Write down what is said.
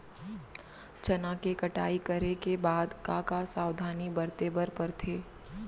चना के कटाई करे के बाद का का सावधानी बरते बर परथे?